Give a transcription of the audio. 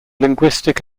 linguistic